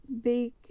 big